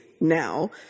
now